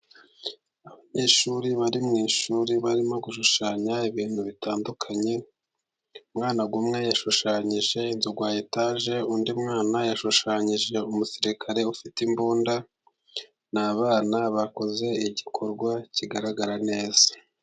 Abanyeshuri bari mu ishuri barimo gushushanya ibintu bitandukanye, umwana umwe yashushanyije inzu ya etaje ,undi mwana yashushanyije umusirikare ufite imbunda ,ni abana bakoze igikorwa kigaragara neza.